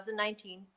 2019